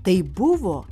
tai buvo